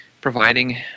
providing